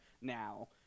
now